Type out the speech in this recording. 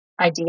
idea